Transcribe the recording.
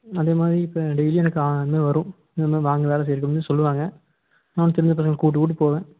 அதே மாதிரி இப்போ டேய்லியும் எனக்கு காலம்பறயே வரும் இது மாதிரி வாங்க வேலை செய்யறதுக்குனு சொல்லுவாங்க நானும் தெரிஞ்ச பசங்களை கூப்பிட்டு கூப்பிட்டு போவேன்